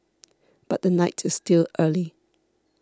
but the night is still early